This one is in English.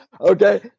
okay